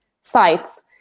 sites